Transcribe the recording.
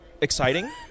Exciting